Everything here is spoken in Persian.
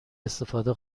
استفاده